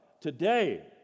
Today